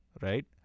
right